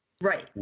right